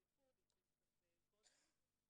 זה התחיל קצת קודם.